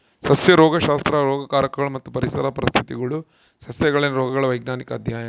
ಸಸ್ಯ ರೋಗಶಾಸ್ತ್ರ ರೋಗಕಾರಕಗಳು ಮತ್ತು ಪರಿಸರ ಪರಿಸ್ಥಿತಿಗುಳು ಸಸ್ಯಗಳಲ್ಲಿನ ರೋಗಗಳ ವೈಜ್ಞಾನಿಕ ಅಧ್ಯಯನ